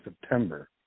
september